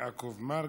יעקב מרגי,